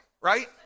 right